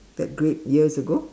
that great years ago